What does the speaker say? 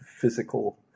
physical